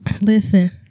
Listen